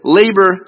labor